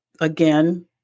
again